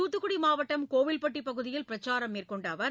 தூத்துக்குடி மாவட்டம் கோவில்பட்டி பகுதியில் பிரச்சாரம் மேற்கொண்ட அவர்